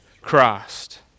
Christ